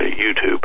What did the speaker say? YouTube